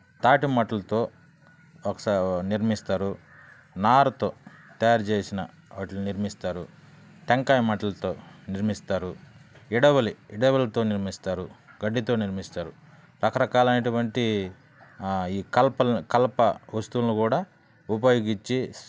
తాటి మట్టలతో ఒకసారి నిర్మిస్తారు నారతో తయారు చేసిన వాటిని నిర్మిస్తారు టెంకాయ మట్టలతో నిర్మిస్తారు ఇడవలితో నిర్మిస్తారు గడ్డితో నిర్మిస్తారు రకరకాలు అయినటువంటి ఈ కలప వస్తువులని కూడా ఉపయోగించి